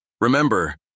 Remember